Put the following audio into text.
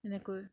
এনেকৈ